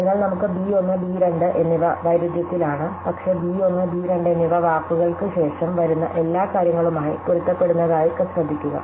അതിനാൽ നമുക്ക് B 1 B 2 എന്നിവ വൈരുദ്ധ്യത്തിലാണ് പക്ഷേ ബി 1 ബി 2 എന്നിവ വാക്കുകൾക്ക് ശേഷം വരുന്ന എല്ലാ കാര്യങ്ങളുമായി പൊരുത്തപ്പെടുന്നതായി ശ്രദ്ധിക്കുക